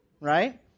right